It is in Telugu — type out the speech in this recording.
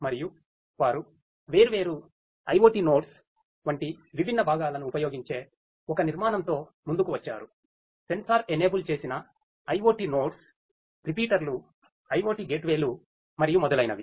మరియు వారు వేర్వేరు IoT నోడ్స్ వంటి విభిన్న భాగాలను ఉపయోగించే ఒక నిర్మాణంతో ముందుకు వచ్చారు సెన్సార్ ఎనేబుల్ చేసిన IoT నోడ్స్ రిపీటర్లు IoT గేట్వేలు మరియు మొదలైనవి